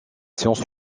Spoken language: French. sciences